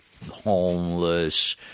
homeless